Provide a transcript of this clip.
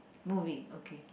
movie okay